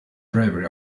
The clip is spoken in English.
bravery